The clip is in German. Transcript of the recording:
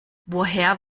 woher